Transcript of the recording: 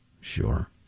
Sure